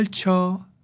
Culture